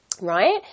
right